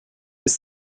ist